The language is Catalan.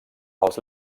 els